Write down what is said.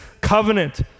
covenant